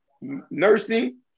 nursing